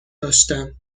داشتم